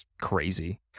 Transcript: crazy